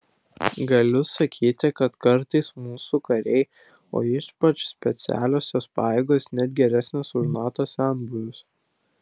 galiu sakyti kad kartais mūsų kariai o ypač specialiosios pajėgos net geresni už nato senbuvius